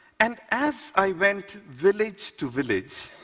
and as i went village to village,